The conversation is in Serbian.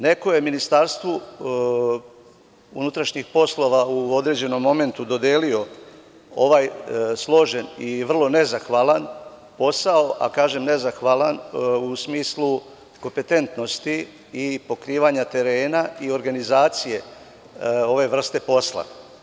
Neko je MUP u određenom momentu dodelio složen i vrlo nezahvalan posao, a kažem nezahvalan u smislu kompetentnosti i pokrivanja terena i ogranizacije ove vrste posla.